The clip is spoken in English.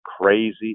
crazy